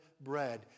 bread